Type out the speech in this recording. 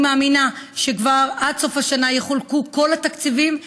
אני מאמינה שכבר עד סוף השנה יחולקו כל התקציבים.